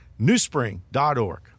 newspring.org